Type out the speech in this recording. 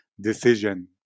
decision